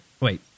Wait